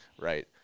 Right